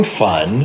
fun